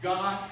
God